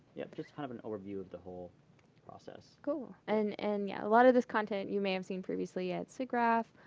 yeah just kind of an overview of the whole process. amanda cool. and and yeah a lot of this content you may have seen previously at siggraph.